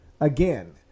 again